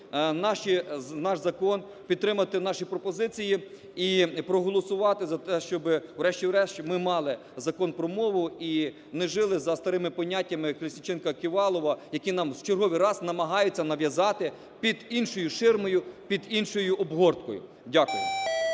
наш закон, підтримати наші пропозиції і проголосувати за те, щоб врешті-решт ми мали Закон про мову і не жили за старими поняттями Колесніченка-Ківалова, які нам в черговий раз намагаються нав'язати під іншою ширмою, під іншою обгорткою. Дякую.